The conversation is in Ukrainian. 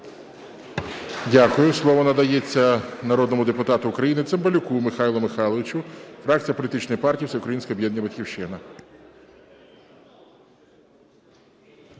Дякую. Слово надається народному депутату України Цимбалюку Михайлу Михайловичу, фракція політичної партії "Всеукраїнське об'єднання "Батьківщина".